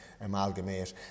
amalgamate